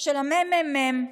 של הממ"מ,